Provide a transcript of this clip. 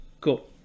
cool